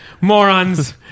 Morons